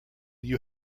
you